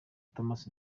tomas